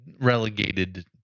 relegated